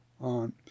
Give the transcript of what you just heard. on